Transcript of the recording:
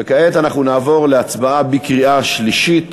וכעת אנחנו נעבור להצבעה בקריאה שלישית